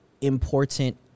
important